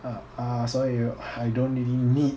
ah ah 所以 I don't really need